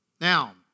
Now